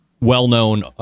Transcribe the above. well-known